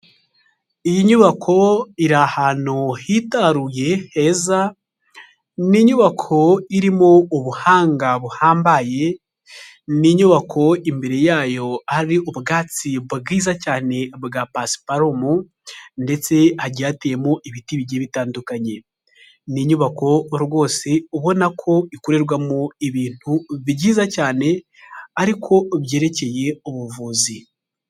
Iyi nyubako iri ahantu hitaruye heza, ni inyubako irimo ubuhanga buhambaye, ni inyubako imbere yayo hari ubwatsi bwiza cyane bwa pasiparumu ndetse hagiye hateyemo ibiti bigiye bitandukanye, ni inyubako rwose ubona ko ikorerwamo ibintu byiza cyane ariko byerekeye ubuvuzi.